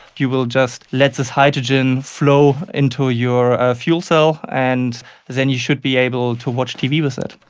you will just let this hydrogen flow into ah your ah fuel cell and then you should be able to watch tv with it.